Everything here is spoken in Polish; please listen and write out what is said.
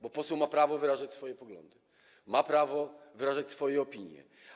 Bo poseł ma prawo wyrażać swoje poglądy, ma prawo wyrażać swoje opinie.